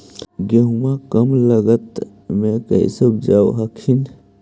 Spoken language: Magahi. गेहुमा कम लागत मे कैसे उपजाब हखिन?